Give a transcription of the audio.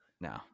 No